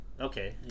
okay